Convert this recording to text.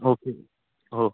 okay हो हो